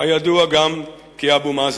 הידוע גם כאבו מאזן.